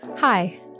Hi